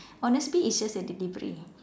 honestbee is just a delivery